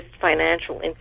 financial